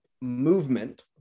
movement